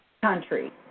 country